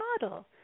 model